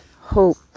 hope